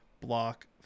block